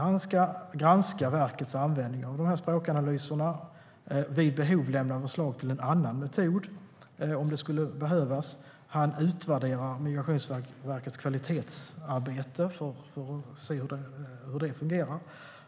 Han ska granska verkets användning av språkanalyser och vid behov lämna förslag till en annan metod. Han utvärderar Migrationsverkets kvalitetsarbete för att se hur det fungerar.